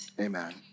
Amen